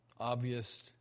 obvious